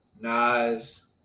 Nas